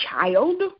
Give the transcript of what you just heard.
child